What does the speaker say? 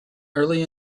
early